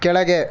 ಕೆಳಗೆ